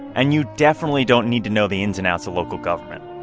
and you definitely don't need to know the ins and outs of local government.